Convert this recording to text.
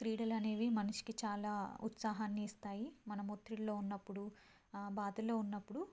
క్రీడలనేవి మనిషికి చాలా ఉత్సాహాన్ని ఇస్తాయి మనం ఒత్తిడిలో ఉన్నప్పుడు బాధల్లో ఉన్నప్పుడు